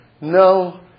no